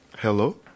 Hello